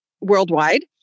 worldwide